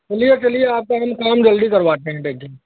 चलिए चलिए आपका हम काम जल्दी करवाते हैं टेन्सन